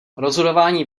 rozhodování